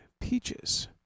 Peaches